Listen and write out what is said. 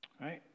right